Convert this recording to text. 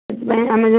ସେଥିପାଇଁ ଆମେ